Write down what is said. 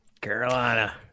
Carolina